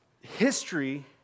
history